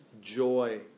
joy